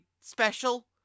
special